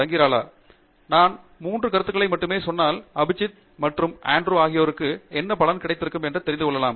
டங்கிராலா நான் மூன்று கருத்துக்களை மட்டுமே சொன்னால் அபிஜித் மற்றும் அன்ட்ரூ ஆகியோருக்கு என்ன பலன் கிடைத்திருக்கும் எனத் தெரிந்து கொள்ளலாம்